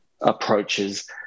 approaches